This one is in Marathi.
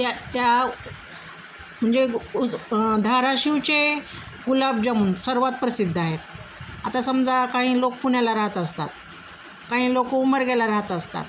त्या त्या म्हणजे उ धाराशिवचे गुलाबजामून सर्वात प्रसिद्ध आहेत आता समजा काही लोक पुण्याला राहत असतात काही लोकं उमरग्याला राहत असतात